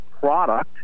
product